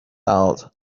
out